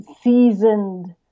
seasoned